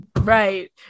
Right